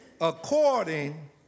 according